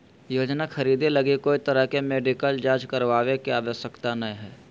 योजना खरीदे लगी कोय तरह के मेडिकल जांच करावे के आवश्यकता नयय हइ